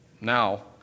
now